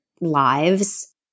lives